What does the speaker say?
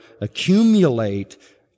accumulate